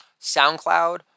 SoundCloud